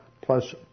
plus